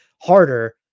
harder